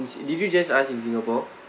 in did you just ask in singapore